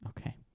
Okay